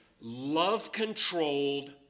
love-controlled